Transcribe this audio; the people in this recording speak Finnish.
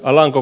alanko